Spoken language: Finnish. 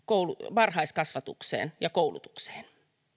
varhaiskasvatukseen ja koulutukseen